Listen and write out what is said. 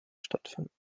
stattfinden